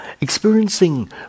Experiencing